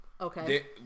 Okay